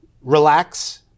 Relax